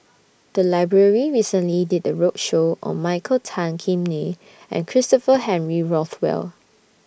The Library recently did A roadshow on Michael Tan Kim Nei and Christopher Henry Rothwell